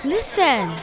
Listen